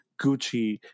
Gucci